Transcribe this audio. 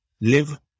Live